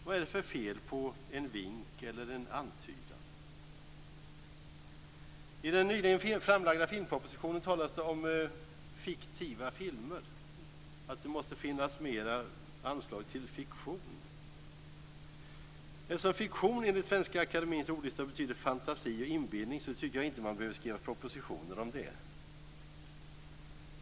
Vad är det för fel på en vink eller en antydan? I den nyligen framlagda filmpropositionen talas det om "fiktiva" filmer. Det måste finnas mer anslag till fiktion. Eftersom fiktion enligt Svenska Akademiens ordlista betyder fantasi och inbillning tycker jag inte att man behöver skriva propositioner om det.